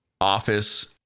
office